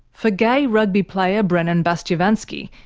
for gay rugby player brennan bastyovansky,